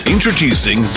Introducing